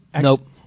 Nope